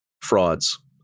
frauds